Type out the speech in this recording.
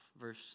Verse